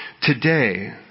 today